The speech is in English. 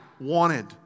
wanted